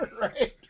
Right